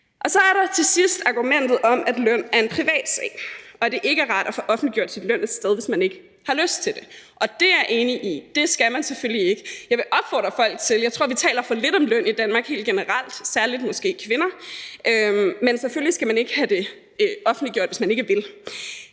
Så er der til sidst argumentet om, at løn er en privatsag, og at det ikke er rart at få offentliggjort sin løn et sted, hvis man ikke har lyst til det. Og det er jeg enig i; det skal man selvfølgelig ikke. Jeg vil opfordre folk til det. Jeg tror, at vi helt generelt taler for lidt om løn i Danmark, måske særlig kvinder, men selvfølgelig skal man ikke have det offentliggjort, hvis man ikke vil.